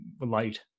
light